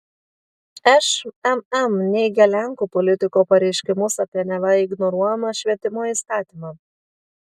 šmm neigia lenkų politiko pareiškimus apie neva ignoruojamą švietimo įstatymą